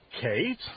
Kate